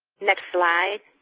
next slide.